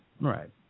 Right